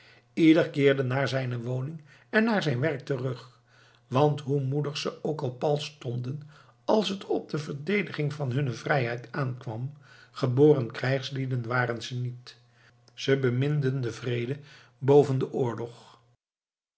ieder keerde naar zijne woning en naar zijn werk terug want hoe moedig ze ook pal stonden als het op de verdediging van hunne vrijheid aankwam geboren krijgslieden waren ze niet ze beminden den vrede boven den oorlog